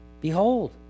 behold